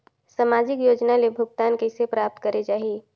समाजिक योजना ले भुगतान कइसे प्राप्त करे जाहि?